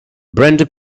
brenda